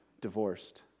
divorced